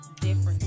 different